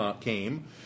came